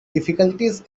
difficulties